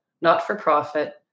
not-for-profit